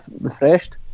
refreshed